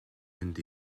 mynd